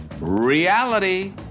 Reality